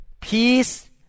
Peace